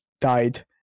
died